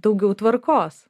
daugiau tvarkos